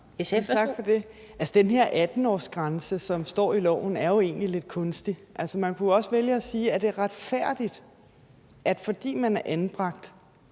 Altså, den her 18-årsgrænse, som står i loven, er jo egentlig lidt kunstig. Man kunne jo også vælge at spørge, om det er retfærdigt, at fordi man er anbragt,